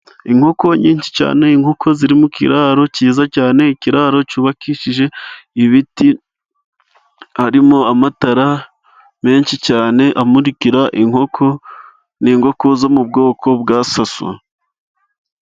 Inkoko nyinshi cyane, inkoko ziri mu kiraro cyiza cyane, ikiraro cyubakishije ibiti, harimo amatara menshi cyane amuririka inkoko, ni inkoko zo mu bwoko bwa saso.